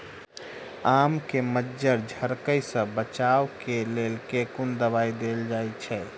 आम केँ मंजर झरके सऽ बचाब केँ लेल केँ कुन दवाई देल जाएँ छैय?